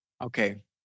Okay